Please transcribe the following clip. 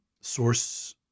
source